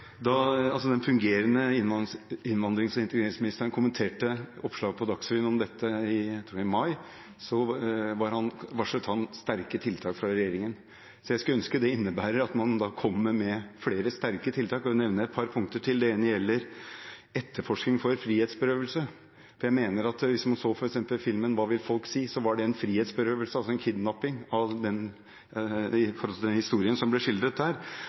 Da den fungerende innvandrings- og integreringsministeren kommenterte oppslag om dette i Dagsrevyen i mai, varslet han sterke tiltak fra regjeringen. Jeg skulle ønske det innebærer at man da kommer med flere sterke tiltak, og jeg nevner et par punkter til. Det ene gjelder etterforskning for frihetsberøvelse. Jeg mener at hvis man f.eks. så filmen «Hva vil folk si» og den historien som ble skildret der, så man at det var en frihetsberøvelse, en kidnapping.